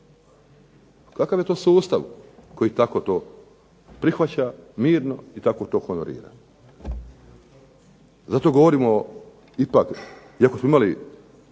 Kakav je to sustav koji tako to prihvaća mirno i tako to honorira? Zato govorimo ipak, iako smo imali